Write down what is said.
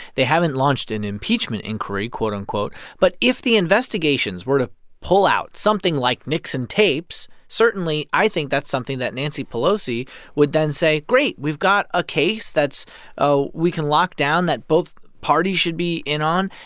they haven't launched an impeachment inquiry, quote-unquote. but if the investigations were to pull out something like nixon tapes, certainly i think that's something that nancy pelosi would then say, great. we've got a case that's we can lock down that both parties should be in on,